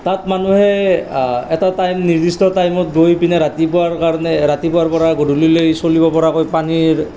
তাত মানুহে এটা টাইম নিৰ্দিষ্ট টাইমত গৈ পিনে ৰাতিপুৱাৰ কাৰণে ৰাতিপুৱাৰ পৰা গধূলিলৈ চলিব পৰাকৈ পানীৰ